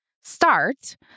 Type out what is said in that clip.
start